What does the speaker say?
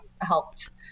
helped